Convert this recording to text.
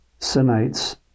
Sinites